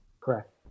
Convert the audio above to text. Correct